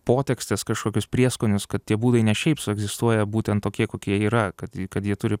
potekstes kažkokius prieskonius kad tie būdai ne šiaip sau egzistuoja būtent tokie kokie yra kad kad jie turi